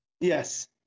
Yes